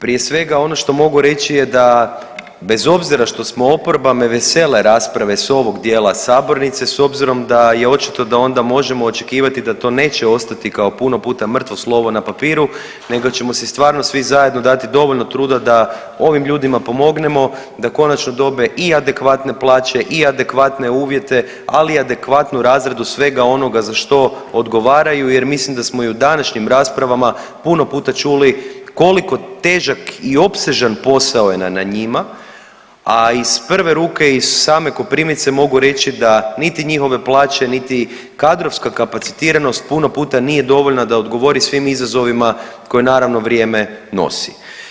Prije svega ono što mogu reći je da bez obzira što smo oporba me vesele rasprave s ovog dijela sabornice s obzirom da je očito da onda možemo očekivati da to neće ostati kao puno puta mrtvo slovo na papiru nego ćemo si stvarno svi zajedno dati dovoljno truda da ovim ljudima pomognemo da konačno dobe i adekvatne plaće i adekvatne uvjete, ali i adekvatnu razradu svega onoga za što odgovaraju jer mislimo da smo i u današnjim raspravama puno puta čuli koliko težak i opsežan posao je na njima, a iz prve ruke iz same Koprivnice mogu reći da niti njihove plaće, niti kadrovska kapacitiranost puno puta nije dovoljna da odgovori svim izazovima koje naravno vrijeme nosi.